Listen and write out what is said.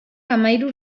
hamahiru